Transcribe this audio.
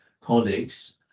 colleagues